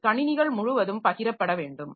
அது கணினிகள் முழுவதும் பகிரப்பட வேண்டும்